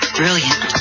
brilliant